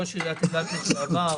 ראש עיריית אילת לשעבר,